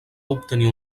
obtenir